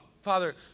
Father